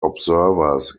observers